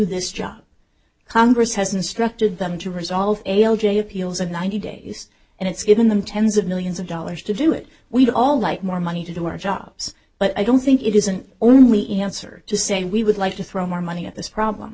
this job congress has instructed them to resolve a l j appeals of ninety days and it's given them tens of millions of dollars to do it we'd all like more money to do our jobs but i don't think it isn't only answer to say we would like to throw more money at this problem